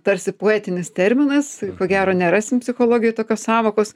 tarsi poetinis terminas ko gero nerasim psichologijoj tokios sąvokos